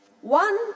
One